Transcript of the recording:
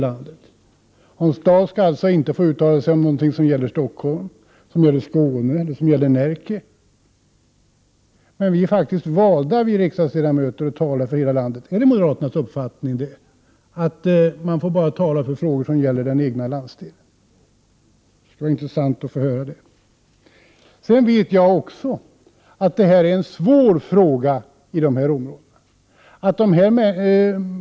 Hans Dau skall alltså inte få uttala sig om någonting som gäller t.ex. Stockholm, Skåne eller Närke. Men riksdagsledamöterna är faktiskt valda för hela landet. Är det moderaternas uppfattning att man bara får tala i frågor som gäller den egna landsdelen? Det skulle vara intressant att få veta hur det ligger till. Jag vet att det här är en svår fråga i de berörda områdena.